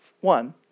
one